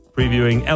Previewing